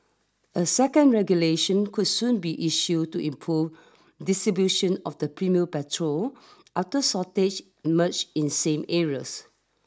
a second regulation could soon be issued to improve distribution of the premium petrol after shortage emerge in same areas